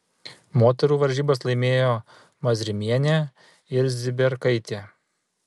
moterų varžybas laimėjo mazrimienė ir ziberkaitė